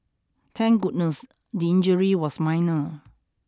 thank goodness the injury was minor